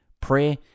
prayer